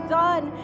done